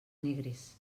negres